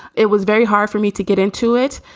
it was very hard for me to get into it.